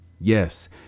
Yes